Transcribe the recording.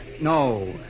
No